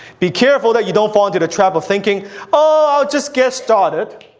be careful that you don't fall into the trap of thinking oh, i'll just guest-start it,